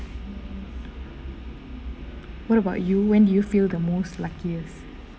what about you when do you feel the most luckiest